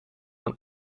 van